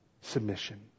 Submission